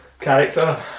character